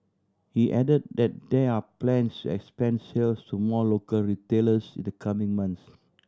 he added that there are plans to expand sales to more local retailers in the coming months